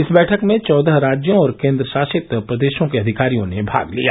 इस बैठक में चौदह राज्यों और केन्द्रशासित प्रदेशों के अधिकारियों ने भाग लिया